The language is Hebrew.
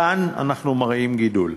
כאן אנחנו מראים גידול.